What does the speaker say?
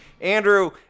Andrew